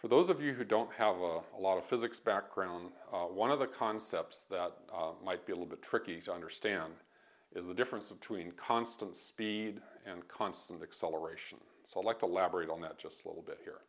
for those of you who don't have a lot of physics background one of the concepts that might be a little bit tricky to understand is the difference between constant speed and constant acceleration select elaborate on that just a little bit